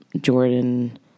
Jordan